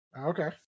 Okay